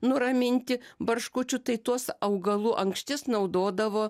nuraminti barškučių tai tuos augalų ankštis naudodavo